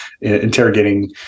interrogating